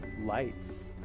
lights